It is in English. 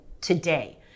today